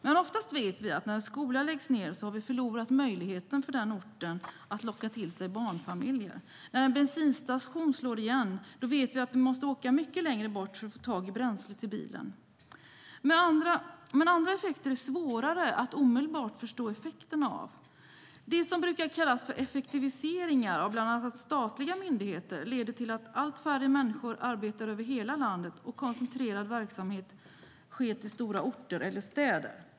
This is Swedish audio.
Men oftast vet vi att när en skola läggs ned på en ort har den orten förlorat möjligheten att locka till sig barnfamiljer. När en bensinstation slår igen vet vi att vi måste åka mycket längre bort för att få tag i bränsle till bilen. Men det finns annat som det är svårare att omedelbart förstå effekterna av. Det som brukar kallas för effektiviseringar av bland annat statliga myndigheter leder till att allt färre människor arbetar över hela landet. Verksamhet koncentreras till stora orter eller städer.